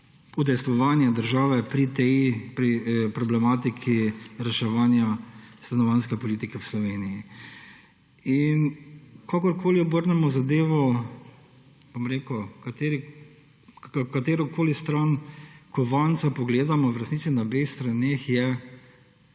udejstvovanje države pri tej problematiki reševanja stanovanjske politike v Sloveniji. Kakorkoli obrnemo zadevo, katerokoli stran kovanca pogledamo, v resnici na obeh straneh je